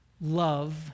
love